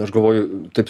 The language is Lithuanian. aš galvoju taip